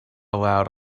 allowed